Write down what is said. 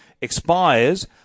expires